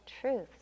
truths